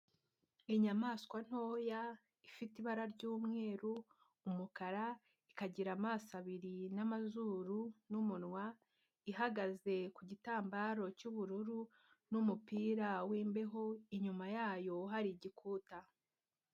Inyamaswa ntoya, ifite ibara ry'umweru, umukara. Ikagira amaso abiri n'amazuru n'umunwa, ihagaze ku gitambaro cy'ubururu, n'umupira w'imbeho, inyuma yayo hari igikuta